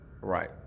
right